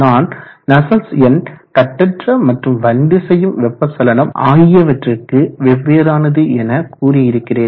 நான் நஸ்சல்ட்ஸ் எண் கட்டற்ற மற்றும் வலிந்து செய்யும் வெப்ப சலனம் ஆகியவற்றிற்கு வெவ்வேறானது எனக்கூறி இருக்கிறேன்